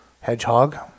hedgehog